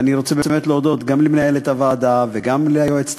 ואני רוצה באמת להודות גם למנהלת הוועדה וגם ליועצת